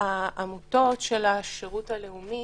העמותות של השירות הלאומי